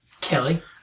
Kelly